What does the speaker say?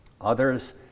Others